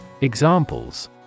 Examples